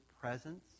presence